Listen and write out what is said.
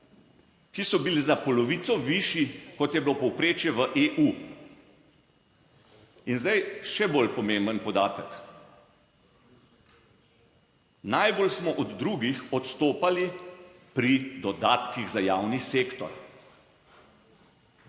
ki so bili za polovico višji, kot je bilo povprečje v EU. In zdaj še bolj pomemben podatek. Najbolj smo od drugih odstopali pri dodatkih za javni sektor.